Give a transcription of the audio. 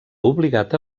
obligat